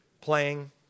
playing